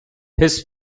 his